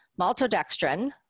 maltodextrin